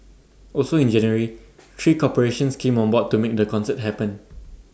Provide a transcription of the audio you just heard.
also in January three corporations came on board to make the concert happen